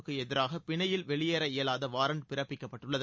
book எதிராக பிணையில் வெளியேற இயலாத வாரண்ட் பிறப்பிக்கப்பட்டுள்ளது